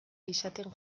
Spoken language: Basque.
izaten